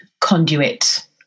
conduit